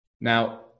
Now